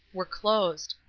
were closed.